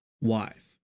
wife